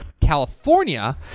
California